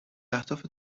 اهداف